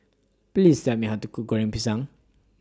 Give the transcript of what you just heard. Please Tell Me How to Cook Goreng Pisang